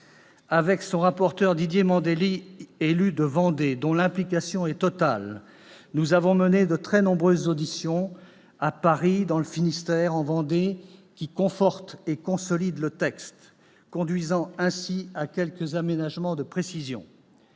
Avec le rapporteur Didier Mandelli, élu de Vendée dont l'implication est totale, nous avons mené de très nombreuses auditions, à Paris, dans le Finistère, en Vendée, qui confortent et consolident le texte, et ont aussi conduit à quelques aménagements de précision.